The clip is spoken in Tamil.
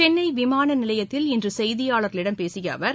சென்னை விமான நிலையத்தில் இன்று செய்தியாளர்களிடம் பேசிய அவர்